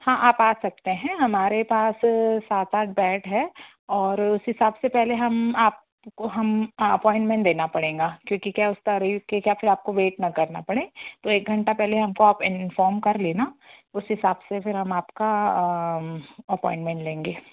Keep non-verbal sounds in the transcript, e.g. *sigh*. हाँ आप आ सकते हैं हमारे पास सात आठ बेट हैं और उस हिसाब से पहले हम आपको हम अपॉइंटमेंट देना पड़ेगा क्योंकि क्या है उसका *unintelligible* क्या फिर आपको वेट ना करना पड़े तो एक घंटा पहले हमको आप इंफ़ॉम कर लेना उस हिसाब से फिर हम आपका अपॉइंटमेंट लेंगे